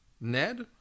Ned